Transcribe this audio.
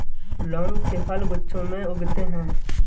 लौंग के फल गुच्छों में उगते हैं